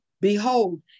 behold